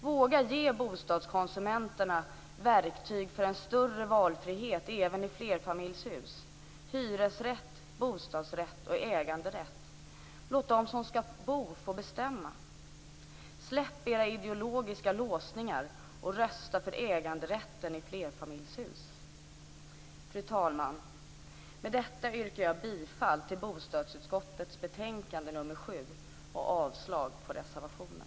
Våga ge bostadskonsumenterna verktyg för en större valfrihet även i flerfamiljshus: hyresrätt, bostadsrätt och äganderätt. Låt dem som skall bo få bestämma! Släpp era ideologiska låsningar och rösta för äganderätten i flerfamiljshus! Fru talman! Med detta yrkar jag bifall till hemställan i bostadsutskottets betänkande nr 7 och avslag på reservationen.